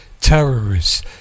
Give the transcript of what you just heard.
terrorists